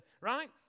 right